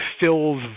fills